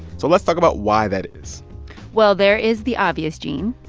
so let's talk about why that is well, there is the obvious, gene.